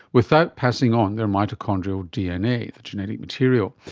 without passing on their mitochondrial dna, the genetic material.